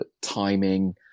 timing